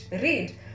Read